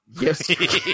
Yes